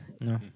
No